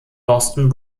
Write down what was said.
boston